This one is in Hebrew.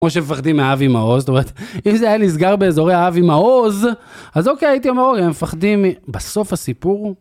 או שהם מפחדים מאבי מעוז, זאת אומרת, אם זה היה נסגר באזורי אבי מעוז, אז אוקיי, הייתי אומר, הם מפחדים, בסוף הסיפור...